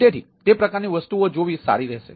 તેથી તે પ્રકારની વસ્તુઓ જોવી સારી રહેશે